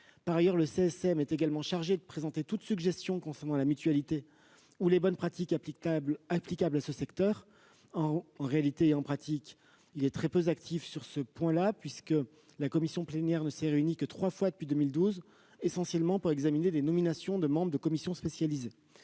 Par ailleurs, le CSM est également chargé de présenter toute suggestion concernant la mutualité ou les bonnes pratiques applicables à ce secteur. En réalité et en pratique, il est très peu actif sur ce point, puisque la commission plénière ne s'est réunie que trois fois depuis 2012, essentiellement pour examiner des nominations de membres de commissions spécialisées.